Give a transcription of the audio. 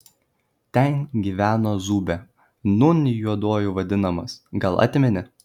ten gyveno zūbė nūn juoduoju vadinamas gal atmeni